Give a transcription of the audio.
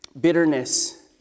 bitterness